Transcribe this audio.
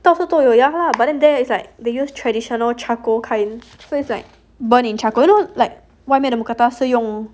到处都有 ya lah but then there is like they use traditional charcoal kind so is like burn in charcoal you know like 外面的 mookata 是用